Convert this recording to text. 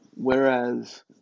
whereas